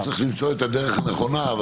צריך למצוא את הדרך הנכונה.